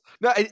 No